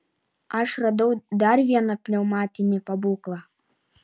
aš radau dar vieną pneumatinį pabūklą